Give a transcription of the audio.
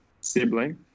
sibling